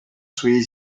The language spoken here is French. soyez